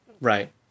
Right